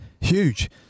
Huge